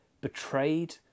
betrayed